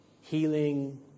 healing